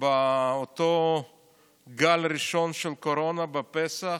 אותו גל ראשון של קורונה בפסח,